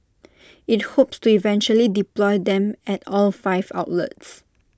IT hopes to eventually deploy them at all five outlets